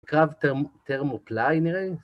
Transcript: קרב טרמופלאי נראה לי.